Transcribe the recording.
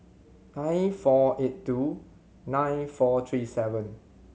nine four eight two nine four three seven